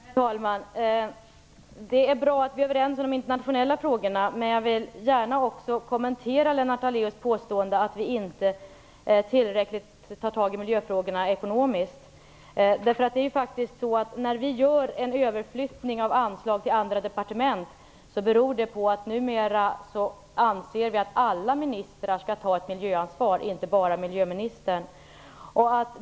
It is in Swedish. Herr talman! Det är bra att vi är överens om de internationella frågorna. Men jag vill gärna kommentera Lennart Daléus påstående om att vi inte tillräckligt tar tag i miljöfrågorna ekonomiskt. När vi gör en överflyttning av anslag till andra departement, beror det på att vi numera anser att alla ministrar skall ta ett miljöansvar - inte bara miljöministern.